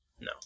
no